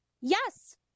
yes